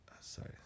Sorry